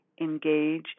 engage